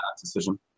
decision